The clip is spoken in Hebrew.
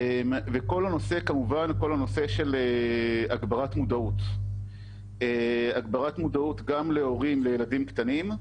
כל הנושא של הגברת מודעות הגברת מודעות להורים לילדים קטנים,